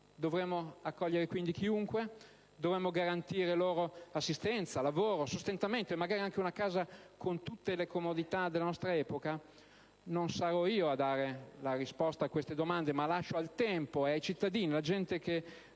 Dovremmo quindi accogliere chiunque, dovremmo garantire loro assistenza, lavoro, sostentamento e - magari - anche una casa con tutte le comodità della nostra epoca? Non sarò io a dare la risposta a queste domande, ma lascio rispondere al tempo e ai cittadini, alla gente che